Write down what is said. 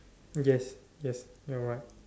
yes yes you're right